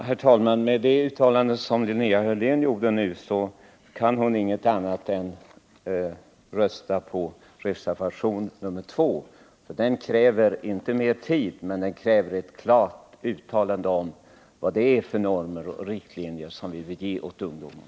Herr talman! Med det uttalande som Linnea Hörlén gjorde nu kan hon ingenting annat göra än rösta på reservationen 2. Den kräver inte mer tid, men den kräver ett klart uttalande om vad det är för normer och riktlinjer vi vill ge åt ungdomar.